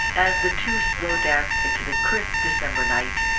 as the two slow danced into the crisp december night,